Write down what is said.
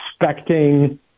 expecting